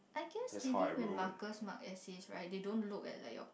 because maybe when markers mark essays right they don't look at like your